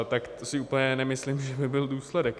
To si úplně nemyslím, že by byl důsledek.